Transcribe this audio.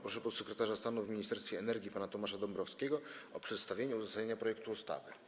Proszę podsekretarza stanu w Ministerstwie Energii pana Tomasza Dąbrowskiego o przedstawienie uzasadnienia projektu ustawy.